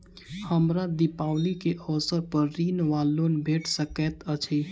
हमरा दिपावली केँ अवसर पर ऋण वा लोन भेट सकैत अछि?